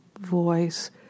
voice